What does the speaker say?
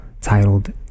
titled